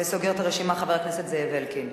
וסוגר את הרשימה חבר הכנסת זאב אלקין.